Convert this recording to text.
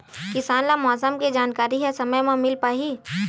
किसान ल मौसम के जानकारी ह समय म मिल पाही?